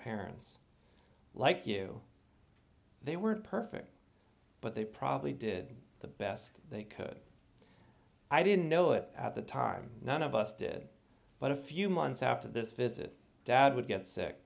parents like you they were perfect but they probably did the best they could i didn't know it at the time none of us did but a few months after this visit dad would get sick